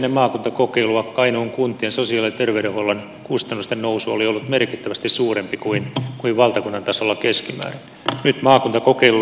ennen maakuntakokeilua kainuun kuntien sosiaali ja terveydenhuollon kustannusten nousu oli ollut merkittävästi suurempi kuin valtakunnan tasolla keskimäärin